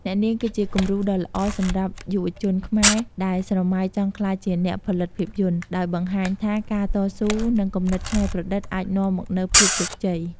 អ្នកនាងគឺជាគំរូដ៏ល្អសម្រាប់យុវជនខ្មែរដែលស្រមៃចង់ក្លាយជាអ្នកផលិតភាពយន្ត ដោយបង្ហាញថាការតស៊ូ និងគំនិតច្នៃប្រឌិតអាចនាំមកនូវភាពជោគជ័យ។